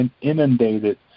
inundated